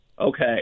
Okay